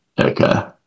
Okay